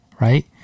right